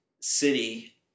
city